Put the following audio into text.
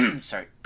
sorry